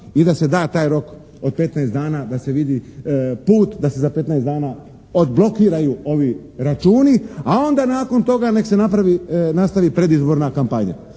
i da se da taj rok od petnaest dana da se vidi put, da se za petnaest dana odblokiraju ovi računi a onda nakon toga neka se nastavi predizborna kampanja.